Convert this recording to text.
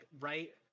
right